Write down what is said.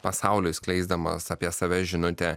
pasauliui skleisdamas apie save žinutę